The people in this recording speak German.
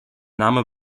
name